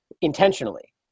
intentionally